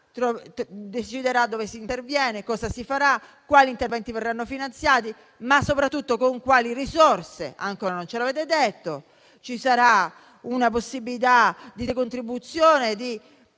decidendo cosa e dove si farà e quali interventi verranno finanziati, ma soprattutto con quali risorse (ancora non ce l'avete detto); ci sarà la possibilità di decontribuzione di